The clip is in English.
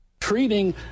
Treating